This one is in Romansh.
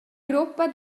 gruppa